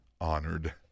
honored